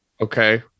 Okay